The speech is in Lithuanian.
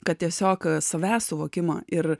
kad tiesiog savęs suvokimą ir